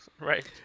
Right